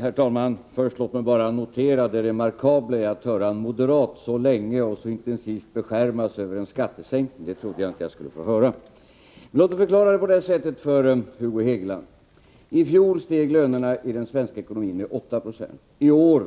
Herr talman! Först noterar jag bara det remarkabla att en moderat så länge och så intensivt beskärmar sig över en skattesänkning. Något sådant trodde jag inte att jag skulle få höra. Låt mig förklara för Hugo Hegeland på följande sätt. I fjol steg lönerna i den svenska ekonomin med 8 96. I år